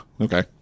Okay